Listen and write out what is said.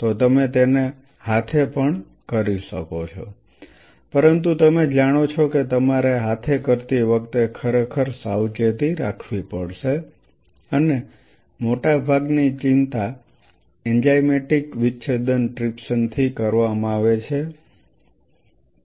તો તમે તેને હાથે પણ કરી શકો છો પરંતુ તમે જાણો છો કે તમારે હાથે કરતી વખતે ખરેખર સાવચેતી રાખવી પડશે અને મોટાભાગની ચિંતા એન્ઝાઇમેટિક વિચ્છેદન ટ્રિપ્સિનથી કરવામાં આવે છે